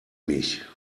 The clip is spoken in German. mich